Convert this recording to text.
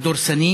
הדורסני